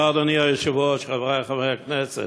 אדוני היושב-ראש, תודה, חברי חברי הכנסת,